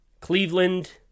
Cleveland